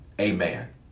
amen